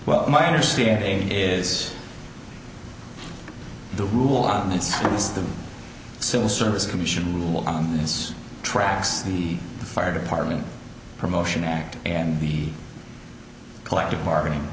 well my understanding is the rule on this is the civil service commission rule on its tracks the fire department promotion act and the collective bargaining